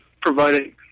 providing